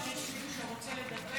אולי תשאל אם יש מישהו שרוצה לדבר?